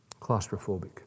claustrophobic